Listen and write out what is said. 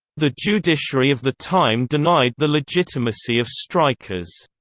the judiciary of the time denied the legitimacy of strikers.